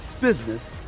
business